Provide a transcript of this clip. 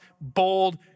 bold